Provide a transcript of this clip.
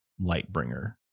Lightbringer